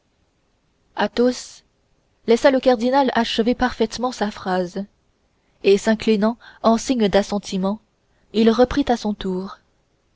monde athos laissa le cardinal achever parfaitement sa phrase et s'inclinant en signe d'assentiment il reprit à son tour